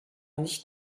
nicht